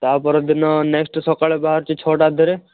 ତା' ପରଦିନ ନେକ୍ସଟ ସକାଳେ ବାହାରୁଛି ଛଅଟା ଅଧେରେ